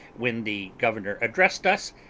when the governor addressed us,